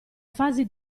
fasi